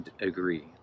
agree